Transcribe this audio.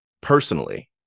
personally